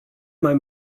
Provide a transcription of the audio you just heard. mai